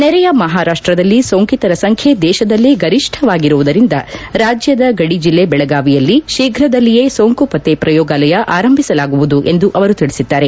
ನೆರೆಯ ಮಹಾರಾಷ್ವದಲ್ಲಿ ಸೋಂಕಿತರ ಸಂಖ್ಯೆ ದೇಶದಲ್ಲೇ ಗರಿಷ್ಠವಾಗಿರುವುದರಿಂದ ರಾಜ್ಯದ ಗಡಿ ಜಿಲ್ಲೆ ಬೆಳಗಾವಿಯಲ್ಲಿ ಶೀಘ್ರದಲ್ಲಿಯೇ ಸೋಂಕು ಪತ್ತೆ ಪ್ರಯೋಗಾಲಯ ಆರಂಭಿಸಲಾಗುವುದು ಎಂದು ಅವರು ತಿಳಿಸಿದ್ದಾರೆ